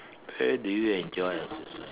where do you enjoy ah